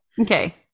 okay